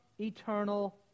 eternal